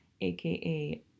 AKA